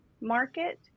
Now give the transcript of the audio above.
market